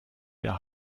der